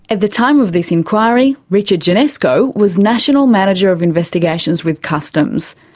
at the time of this inquiry, richard janeczko was national manager of investigations with customs.